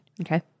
Okay